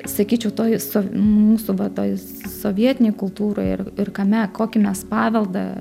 sakyčiau toji so mūsų va toj sovietinėj kultūroj ir ir kame kokį mes paveldą